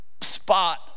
spot